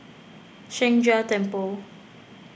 Sheng Jia Temple